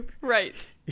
Right